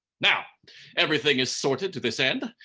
now everything is sorted to this end,